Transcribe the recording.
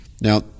Now